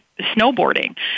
snowboarding